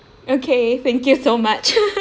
okay thank you so much